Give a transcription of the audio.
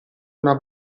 una